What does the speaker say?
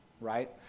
right